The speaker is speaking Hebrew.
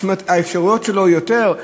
האפשרויות שלו גדולות יותר?